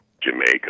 Jamaica